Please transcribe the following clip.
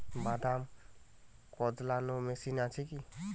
বাদাম কদলানো মেশিন আছেকি?